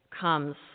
comes